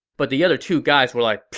but the other two guys were like, pfft,